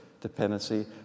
dependency